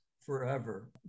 forever